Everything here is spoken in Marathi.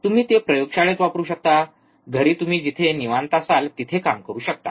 तुम्ही ते प्रयोगशाळेत वापरू शकता घरी तुम्ही जिथे निवांत असाल तिथे काम करू शकता